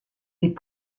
des